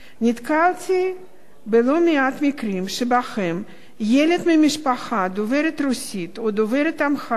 נתקלתי בלא-מעט מקרים שבהם ילד ממשפחה דוברת רוסית או דוברת אמהרית